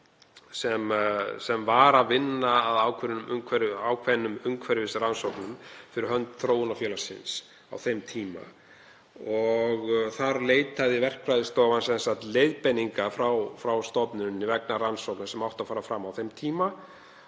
sem var að vinna að ákveðnum umhverfisrannsóknum fyrir hönd þróunarfélagsins á þeim tíma. Þar leitaði verkfræðistofan leiðbeininga frá stofnuninni vegna rannsókna sem áttu að fara fram á þeim tíma